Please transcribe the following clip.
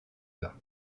bas